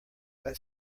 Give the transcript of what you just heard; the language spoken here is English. that